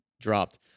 dropped